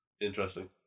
interesting